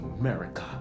America